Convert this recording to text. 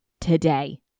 today